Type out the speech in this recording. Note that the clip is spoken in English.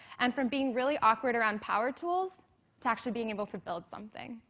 and from being really awkward around power tools to actually being able to build something,